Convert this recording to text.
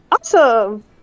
Awesome